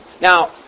Now